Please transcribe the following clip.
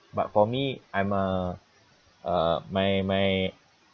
but for me I'm a uh my my